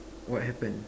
what happened